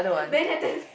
Manhattan Fish